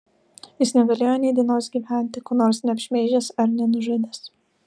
jis negalėjo nei dienos gyventi ko nors neapšmeižęs ar nenužudęs